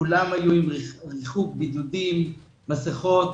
כולם היו עם ריחוק, בידודים, מסכות,